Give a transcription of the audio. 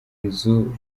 nzu